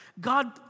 God